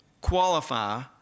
qualify